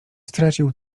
stracił